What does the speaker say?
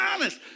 honest